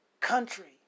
country